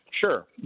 Sure